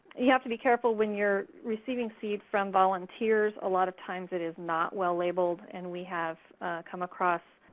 you have to be careful when you're receiving seed from volunteers. a lot of times it is not well labeled, and we have come across,